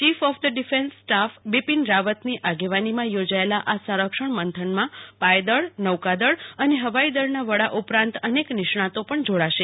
chief of the defence staff Bipin રાવતની આગેવાનીમાં યોજાયેલા આ સંરક્ષણ મંથનમાં પાય દળ નૌકાદળ અને હવાઈ દળના વડાની ઉપરાંત અનેક નિષ્ણાંતો પણ જોડાશે